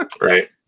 right